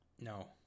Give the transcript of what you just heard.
no